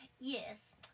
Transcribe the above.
Yes